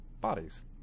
Bodies